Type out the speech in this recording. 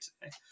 today